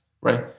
right